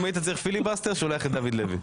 אם היית צריך פיליבסטר, היית שולח את דוד לוי.